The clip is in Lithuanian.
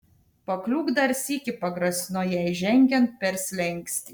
pakliūk dar sykį pagrasino jai žengiant per slenkstį